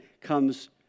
comes